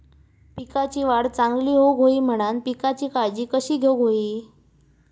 पिकाची वाढ चांगली होऊक होई म्हणान पिकाची काळजी कशी घेऊक होई?